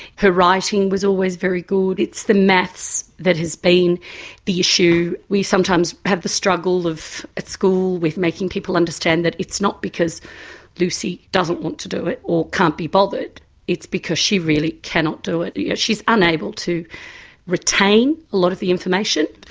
her writing was always very good it's the maths that has been the issue. we sometimes have the struggle at school with making people understand that it's not because lucy doesn't want to do it, or can't be bothered it's because she really cannot do it. yeah she's unable to retain a lot of the information.